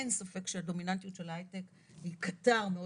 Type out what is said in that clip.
אין ספק שהדומיננטיות של ההייטק היא קטר מאוד